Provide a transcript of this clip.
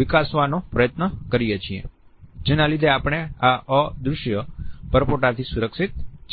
વિકસાવવાનો પ્રયન્ત કરીએ છીએ જેના લીધે આપણે આ અદૃશ્ય પરપોટોથી સુરક્ષિત છીએ